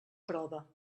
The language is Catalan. prova